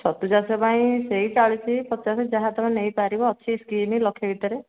ଛତୁ ଚାଷ ପାଇଁ ସେଇ ଚାଳିଶି ପଚାଶ ଯାହା ତମେ ନେଇ ପାରିବ ଅଛି ସ୍କିମ୍ ଲକ୍ଷେ ଭିତରେ